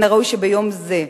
מן הראוי שביום הזה,